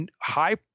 high